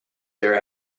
there